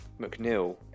McNeil